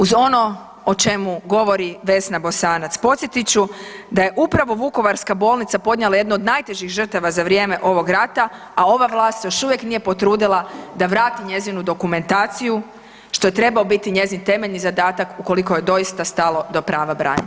Uz ono o čemu govori Vesna Bosanac, podsjetit ću da je upravo vukovarska bolnica podnijela jednu od najtežih žrtava za vrijeme ovog rata, a ova vlast se još uvijek nije potrudila da vrati njezinu dokumentaciju što je trebao biti njezin temeljni zadatak ukoliko joj je doista stalo do prava branitelja.